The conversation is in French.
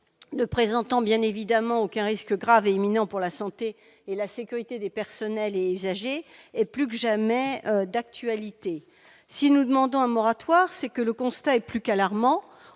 ne présentant, bien évidemment, aucun risque grave et imminent pour la santé et la sécurité des personnels et des usagers est plus que jamais d'actualité. Si nous demandons un moratoire, c'est que le constat est plus qu'alarmant